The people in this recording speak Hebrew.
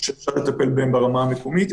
שאפשר לטפל בהם ברמה המקומית,